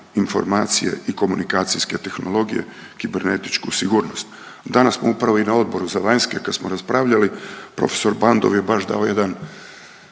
informacije i komunikacijske tehnologije, kibernetičku sigurnost. Danas smo upravo i na Odboru za vanjske kad smo raspravljali prof. Bandov je baš dao jedan